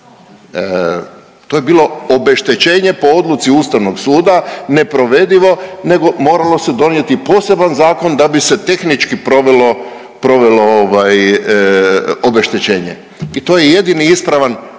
To je bilo obeštećenje po odluci Ustavnog suda neprovedivo, nego moralo se donijeti poseban zakon da bi se tehnički provelo obeštećenje. I to je jedini ispravan